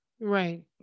Right